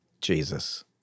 Jesus